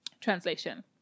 translation